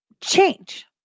change